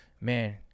man